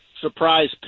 surprise